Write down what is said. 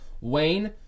Wayne